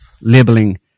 labeling